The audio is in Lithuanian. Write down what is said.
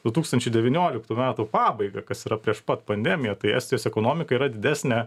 du tūkstančiai devynioliktų metų pabaigą kas yra prieš pat pandemiją tai estijos ekonomika yra didesnė